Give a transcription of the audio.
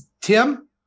Tim